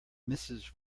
mrs